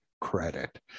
credit